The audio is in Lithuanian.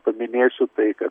paminėsiu tai kad